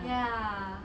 ya